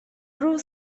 روز